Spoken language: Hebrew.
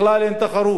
בכלל אין תחרות.